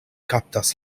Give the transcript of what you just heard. kaptas